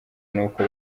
nuko